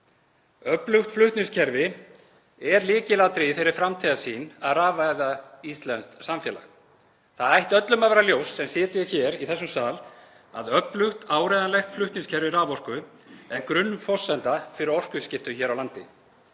Öflugt flutningskerfi er lykilatriðið í þeirri framtíðarsýn að rafvæða íslenskt samfélag. Það ætti öllum að vera ljóst sem sitja hér í þessum sal að öflugt áreiðanlegt flutningskerfi raforku er grunnforsenda fyrir orkuskiptum hér á landi.